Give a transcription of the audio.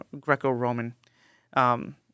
Greco-Roman